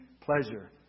pleasure